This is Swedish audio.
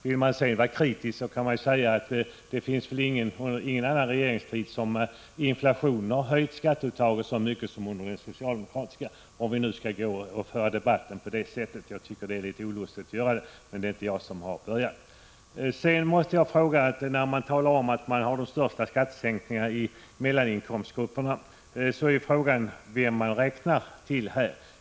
Vill man sedan vara kritisk kan man säga att inflationen aldrig har höjt skatteuttaget så mycket som under den socialdemokratiska regeringstiden — om vi nu skall föra debatten på detta sätt, vilket jag anser är olustigt. Men det är inte jag som har börjat. Finansministern talade om att de största skattesänkningarna sker i mellaninkomstgrupperna. Vilka inkomsttagare räknar han då med?